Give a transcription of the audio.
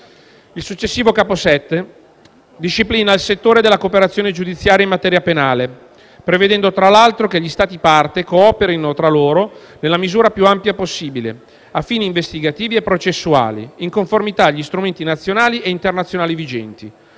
Il successivo capo VII disciplina il settore della cooperazione giudiziaria in materia penale, prevedendo tra l'altro che gli Stati parte cooperino tra loro nella misura più ampia possibile a fini investigativi e processuali in conformità agli strumenti nazionali e internazionali vigenti,